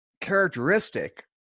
characteristic